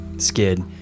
skid